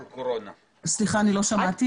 אני רוצה להבין.